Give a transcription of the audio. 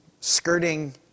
skirting